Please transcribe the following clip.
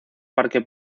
parque